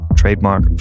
trademark